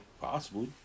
Possible